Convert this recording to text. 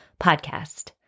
podcast